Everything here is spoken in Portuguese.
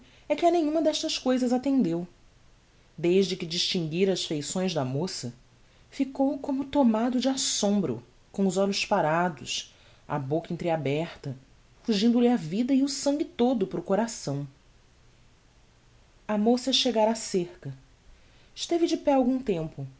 é que a nenhuma destas cousas attendeu desde que distinguíra as feições de moça ficou como tomado de assombro com os olhos parados a bocca entreaberta fugindo-lhe a vida e o sangue todo para o coração a moça chegara á cerca esteve de pé algum tempo